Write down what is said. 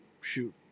shoot